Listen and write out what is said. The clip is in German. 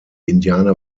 indianer